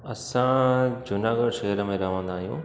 असां जूनागढ़ शहर में रहंदा आहियूं